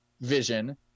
vision